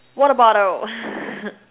water bottle